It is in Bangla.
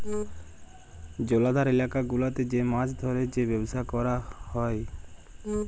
জলাধার ইলাকা গুলাতে যে মাছ ধ্যরে যে ব্যবসা ক্যরা হ্যয়